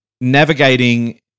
navigating